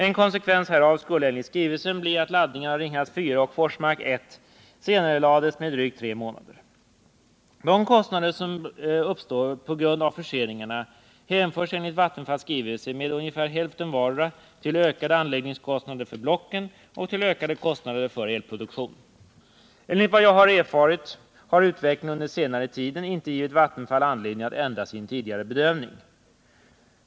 En konsekvens härav skulle enligt skrivelsen bli att laddningen av Ringhals 4 och Forsmark 1 senarelades med drygt tre månader. De kostnader som uppstår på grund av förseningarna hänför sig enligt Vattenfalls skrivelse med ungefär hälften vardera till ökade anläggningskostnader för blocken och till ökade kostnader för elproduktion. Enligt vad jag erfarit har utvecklingen under den senaste tiden inte givit Vattenfall anledning att ändra sin tidigare bedömning.